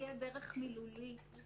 או שהולכים על אפיון יותר מדויק של הדברים,